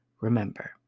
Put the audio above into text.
Remember